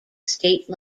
state